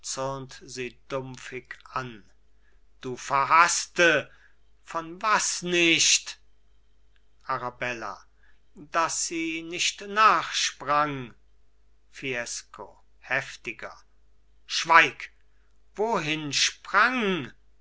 an du verhaßte von was nicht arabella daß sie nicht nachsprang fiesco heftiger schweig wohin sprang